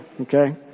okay